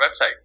website